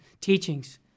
teachings